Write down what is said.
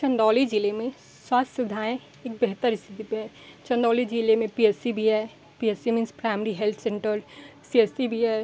चंदौली जिले में स्वास्थ्य सुविधाएँ एक बेहतर स्थिति पे है चंदौली जिले में पी एस सी भी है P S C means primary health center C S C भी है